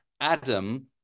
Adam